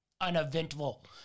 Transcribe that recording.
uneventful